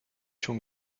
schon